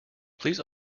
please